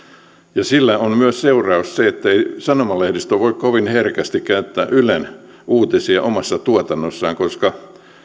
sillä on myös se seuraus ettei sanomalehdistö voi kovin herkästi käyttää ylen uutisia omassa tuotannossaan koska